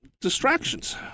Distractions